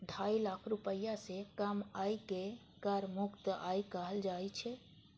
ढाई लाख रुपैया सं कम आय कें कर मुक्त आय कहल जाइ छै